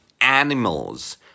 animals